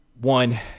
one